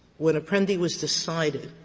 when apprendi was decided,